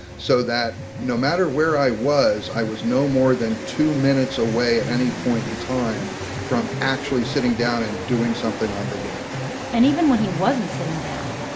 so that no matter where i was, i was no more than two minutes away at any point in time from actually sitting down and doing something on the game and even when he wasn't sitting down.